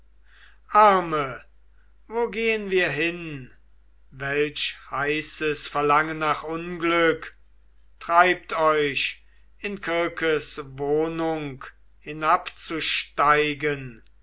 arme wo gehen wir hin welch heißes verlangen nach unglück treibt euch in kirkes wohnung hinabzusteigen